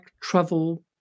travel